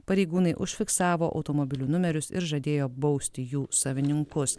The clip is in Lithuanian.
pareigūnai užfiksavo automobilių numerius ir žadėjo bausti jų savininkus